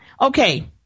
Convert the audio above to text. Okay